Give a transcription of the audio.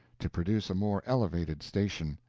to produce a more elevated station,